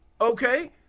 Okay